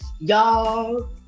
Y'all